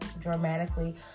dramatically